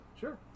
Sure